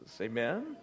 Amen